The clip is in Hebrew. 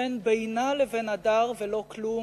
שאין בינה לבין הדר ולא כלום,